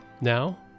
Now